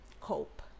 cope